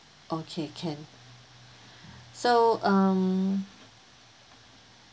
okay can so um